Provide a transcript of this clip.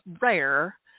rare